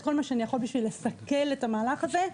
כל מה שאני יכול בשביל לסכל את המהלך הזה,